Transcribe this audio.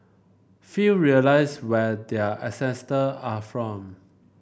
few realise where their ancestors are from